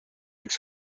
üks